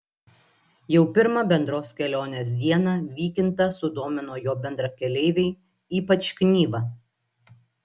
jau pirmą bendros kelionės dieną vykintą sudomino jo bendrakeleiviai ypač knyva